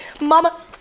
Mama